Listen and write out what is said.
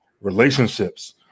relationships